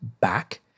back